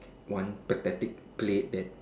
one pathetic plate that